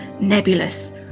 nebulous